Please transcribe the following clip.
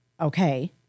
okay